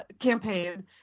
campaign